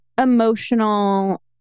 emotional